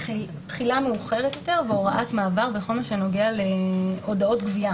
תחילה מאוחרת יותר והוראת מעבר בכל מה שנוגע להודעות גבייה